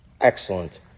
Excellent